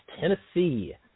Tennessee